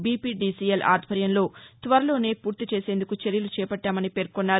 BPDCL ఆధ్వర్యంలో త్వరలోనే పూర్తి చేసేందుకు చర్యలు చేపట్టామని తెలిపారు